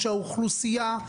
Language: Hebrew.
שהאוכלוסייה,